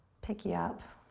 pick you up.